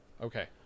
Okay